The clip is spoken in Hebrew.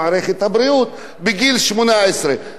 עד גיל 67 זה 50 שנה של סטאז'